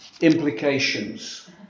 implications